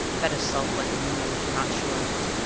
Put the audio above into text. better sulk like a mule if you're not sure of it,